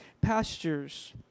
pastures